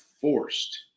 forced